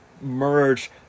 merge